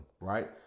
Right